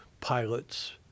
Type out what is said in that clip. pilots